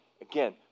again